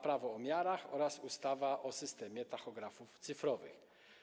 Prawo o miarach oraz ustawa o systemie tachografów cyfrowych.